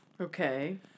Okay